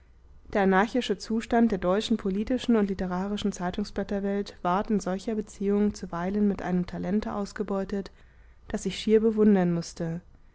der anarchische zustand der deutschen politischen und literarischen zeitungsblätterwelt ward in solcher beziehung zuweilen mit einem talente ausgebeutet das ich schier bewundern mußte